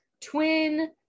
twin